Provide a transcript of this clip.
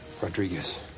Rodriguez